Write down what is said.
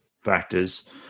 factors